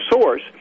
source